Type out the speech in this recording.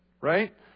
right